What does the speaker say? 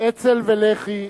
אצ"ל ולח"י